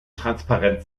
transparent